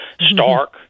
Stark